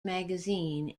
magazine